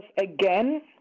again